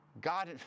God